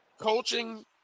Coaching